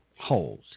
Holes